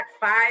five